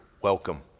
welcome